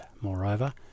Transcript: moreover